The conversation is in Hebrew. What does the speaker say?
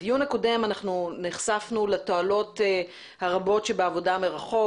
בדיון הקודם אנחנו נחשפנו לתועלות הרבות שבעבודה מרחוק,